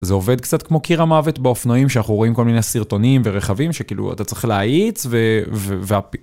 זה עובד קצת כמו קיר המוות באופנועים שאנחנו רואים כל מיני סרטונים ורכבים שכאילו אתה צריך להאיץ ו...